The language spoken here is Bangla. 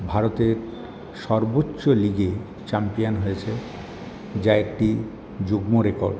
ভারতের সর্বোচ্চ লিগে চ্যাম্পিয়ান হয়েছে যা একটি যুগ্ম রেকর্ড